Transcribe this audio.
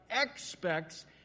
expects